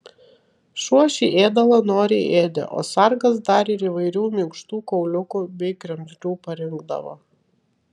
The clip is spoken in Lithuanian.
šuo šį ėdalą noriai ėdė o sargas dar ir įvairių minkštų kauliukų bei kremzlių parinkdavo